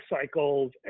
cycles